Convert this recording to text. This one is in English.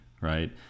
right